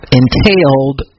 entailed